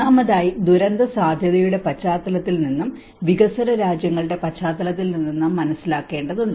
ഒന്നാമതായി ദുരന്തസാധ്യതയുടെ പശ്ചാത്തലത്തിൽ നിന്നും വികസ്വര രാജ്യങ്ങളുടെ പശ്ചാത്തലത്തിൽ നിന്നും നാം മനസ്സിലാക്കേണ്ടതുണ്ട്